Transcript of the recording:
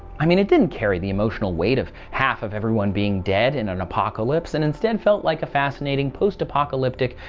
i mean, it didn't carry the emotional weight of half of everyone being dead in an apocalypse and instead felt like a fascinate. post apocalyptic,